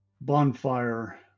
bonfire